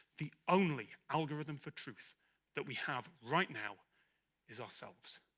the only algorithm for truth that we have right now is ourselves.